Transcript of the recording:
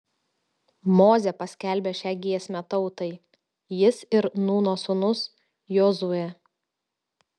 mozė paskelbė šią giesmę tautai jis ir nūno sūnus jozuė